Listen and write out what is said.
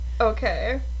okay